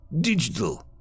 digital